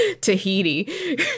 Tahiti